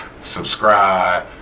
subscribe